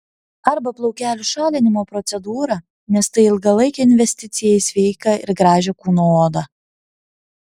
arba plaukelių šalinimo procedūrą nes tai ilgalaikė investiciją į sveiką ir gražią kūno odą